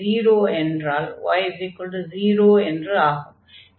x0 என்றால் y0 என்று ஆகும்